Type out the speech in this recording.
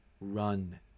run